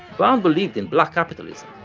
brown believed in black capitalism,